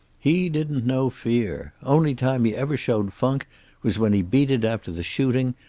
he didn't know fear. only time he ever showed funk was when he beat it after the shooting,